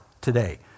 today